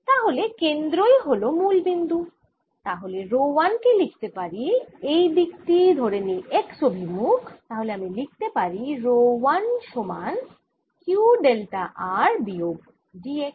তাহলে কেন্দ্রই হল মুল বিন্দু তাহলে রো 1 কে লিখতে পারি এই দিক টি ধরে নিই x অভিমুখ তাহলে আমি লিখতে পারি রো 1 সমান Q ডেল্টা r বিয়োগ d x